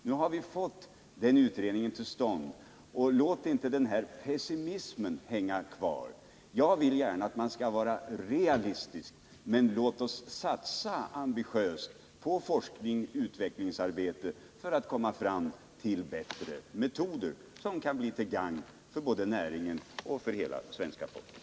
Nu har vi fått den utredningen. Låt inte den här pessimismen hänga kvar! Jag vill gärna att vi skall vara realister. Låt oss, för att komma fram till bättre metoder, satsa ambitiöst på forskningsoch utvecklingsarbete, till gagn för både näringen och hela svenska folket!